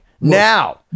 now